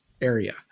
area